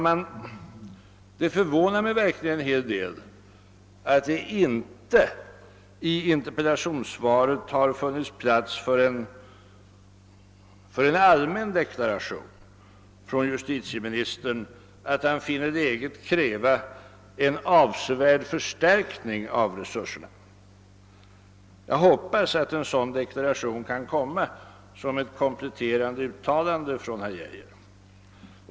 Men det förvånar mig verkligen att justitieministern inte i interpellationssvaret har funnit plats för en allmän deklaration att han finner läget kräva en avsevärd förstärkning av resurserna. Jag hoppas att herr Geijer kan lämna en sådan deklaration här som ett kompletterande uttalande.